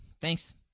Thanks